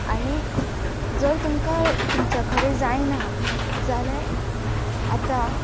आनी जर तुमकां तुमच्या कडेन जायना जाल्यार आतां